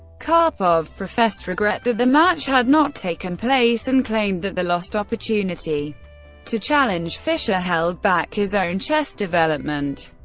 karpov professed regret that the match had not taken place, and claimed that the lost opportunity to challenge fischer held back his own chess development.